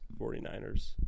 49ers